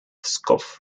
pskov